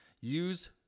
Use